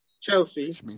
Chelsea